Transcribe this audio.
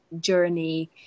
journey